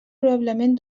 probablement